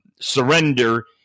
surrender